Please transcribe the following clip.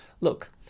Look